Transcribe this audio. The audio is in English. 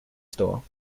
store